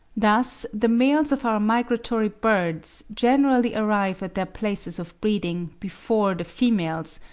thus the males of our migratory birds generally arrive at their places of breeding before the females,